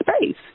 space